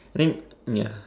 I think yeah